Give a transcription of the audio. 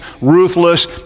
ruthless